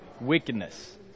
wickedness